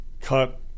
cut